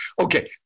Okay